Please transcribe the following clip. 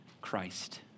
Christ